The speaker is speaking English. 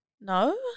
No